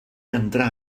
entrà